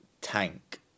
tank